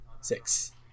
Six